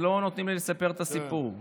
לא נותנים לי לספר את הסיפור.